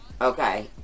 Okay